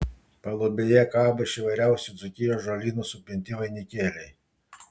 palubėje kabo iš įvairiausių dzūkijos žolynų supinti vainikėliai